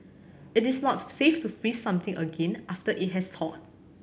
it is not safe to freeze something again after it has thawed